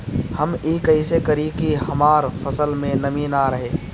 हम ई कइसे करी की हमार फसल में नमी ना रहे?